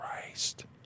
Christ